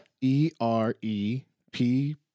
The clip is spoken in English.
E-R-E-P